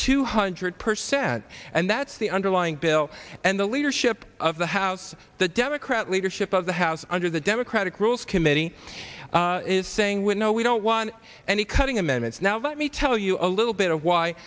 two hundred percent and that's the underlying bill and the leadership of the house the democrat leadership of the house under the democratic rules committee is saying with no we don't want any cutting amendments now let me tell you a little bit of why